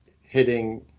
hitting